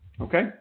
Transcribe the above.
Okay